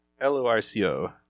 L-O-R-C-O